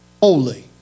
holy